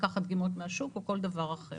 לקחת דגימות מהשוק או כל דבר אחר.